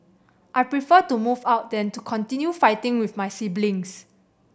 I prefer to move out than to continue fighting with my siblings